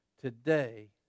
Today